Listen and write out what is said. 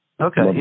okay